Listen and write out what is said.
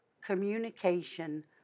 communication